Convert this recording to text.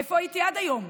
איפה הייתי עד היום?